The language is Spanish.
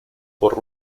por